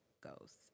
goes